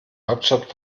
hauptstadt